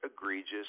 egregious